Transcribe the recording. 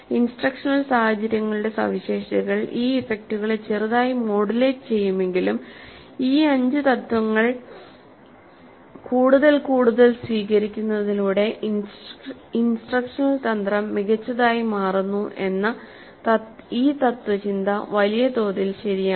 instructional സാഹചര്യങ്ങളുടെ സവിശേഷതകൾ ഈ ഇഫക്റ്റുകളെ ചെറുതായി മോഡുലേറ്റ് ചെയ്യുമെങ്കിലും ഈ അഞ്ച് തത്ത്വങ്ങൾ കൂടുതൽ കൂടുതൽ സ്വീകരിക്കുന്നതിലൂടെ ഇൻസ്ട്രക്ഷണൽ തന്ത്രം മികച്ചതായി മാറുന്നു എന്ന ഈ തത്ത്വചിന്ത വലിയതോതിൽ ശരിയാണ്